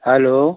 hello